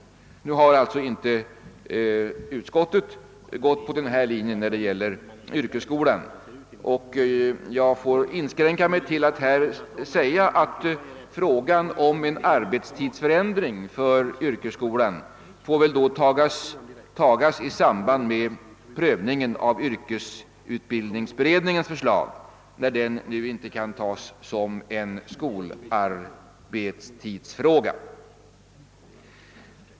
Då utskottet alltså inte gått på denna linje när det gäller yrkesskolan får jag inskränka mig till att här anföra att frågan om en arbetstidsförändring för yrkesskolan väl får tas upp i samband med prövningen av yrkesutbildningsberedningens förslag, när den nu inte kan tas upp som en skolarbetstidsfråga.